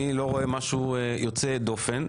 אני לא רואה משהו יוצא דופן,